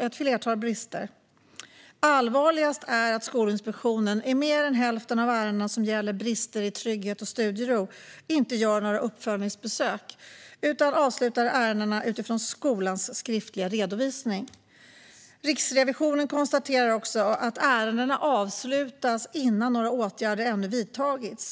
ett flertal brister. Allvarligast är att Skolinspektionen i mer än hälften av ärendena som gäller brister i trygghet och studiero inte gör några uppföljningsbesök utan avslutar ärendena utifrån skolans skriftliga redovisning. Riksrevisionen konstaterar också att ärendena avslutas innan några åtgärder ännu vidtagits.